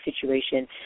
situation